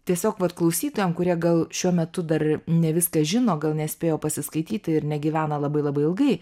tiesiog vat klausytojam kurie gal šiuo metu dar ne viską žino gal nespėjo pasiskaityti ir negyvena labai labai ilgai